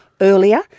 earlier